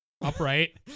upright